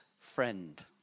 friend